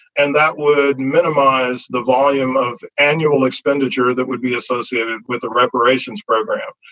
and that would minimize the volume of annual expenditure that would be associated with the reparations program.